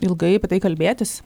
ilgai apie tai kalbėtis